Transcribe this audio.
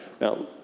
Now